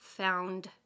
found